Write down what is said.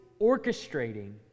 orchestrating